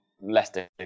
Leicester